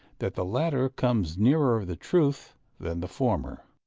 that the latter comes nearer the truth than the former.